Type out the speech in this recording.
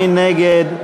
מי נגד?